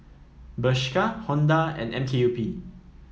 Bershka Honda and M K U P